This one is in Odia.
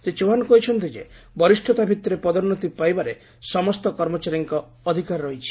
ଶ୍ରୀ ଚୌହାନ୍ କହିଛନ୍ତି ଯେ ବରିଷତା ଭିତ୍ତିରେ ପଦୋନୃତି ପାଇବାରେ ସମସ୍ତ କର୍ମଚାରୀଙ୍କ ଅଧିକାର ରହିଛି